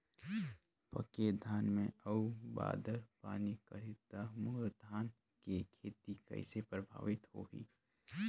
पके धान हे अउ बादर पानी करही त मोर धान के खेती कइसे प्रभावित होही?